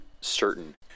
certain